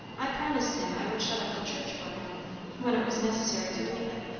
i promised him i would shut up the church for him when it was necessary to leave it.